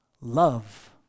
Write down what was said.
Love